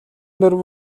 дөрвөн